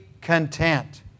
content